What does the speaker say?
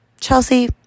Chelsea